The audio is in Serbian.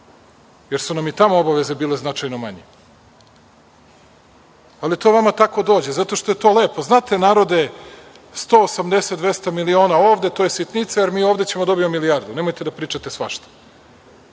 jer su nam i tamo obaveze bile značajno manje. Ali to vama tako dođe, zato što je lepo. Znate narode 180, 200 miliona ovde to je sitnica, jer mi ovde ćemo da dobijemo milijardu. Nemojte da pričate svašta.